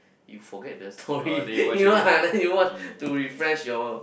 you forget the story you know ah then watch to refresh your